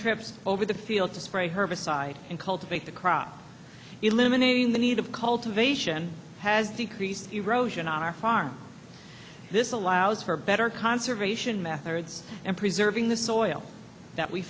trips over the field to spray herbicide and cultivate the crop eliminate the need of cultivation has decreased erosion on our farm this allows for better conservation methods and preserving the soil that we